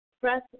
Press